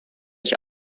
ich